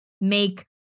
make